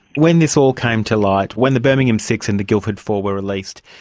when this all came to light, when the birmingham six and the guildford four were released,